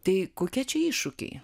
tai kokie čia iššūkiai